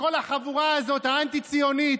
וכל החבורה הזאת, האנטי-ציונית,